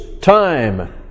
time